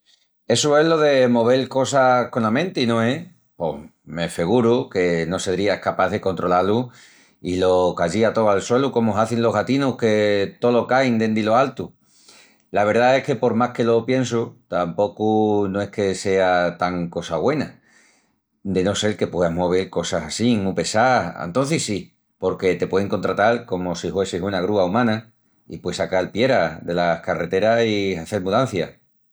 Essu es lo de movel cosas cona menti, no es? Pos me feguru que no sedría escapás de controlá-lu i lo cayía tó al suelu comu hazin los gatinus que tolo cain dendi lo altu. La verdá es que por más que lo pienso tapocu no es que sea tan cosa güena, de no sel que pueas movel cosas assín mu pessás, antocis sí, porque te puein contratal comu si huessis una grúa umana i pueis sacal pieras delas carreteras i hazel mudancias.